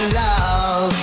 love